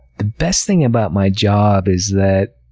the best thing about my job is that,